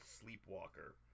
Sleepwalker